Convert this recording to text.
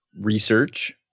research